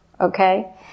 okay